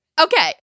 Okay